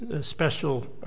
special